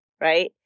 right